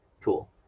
Cool